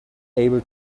able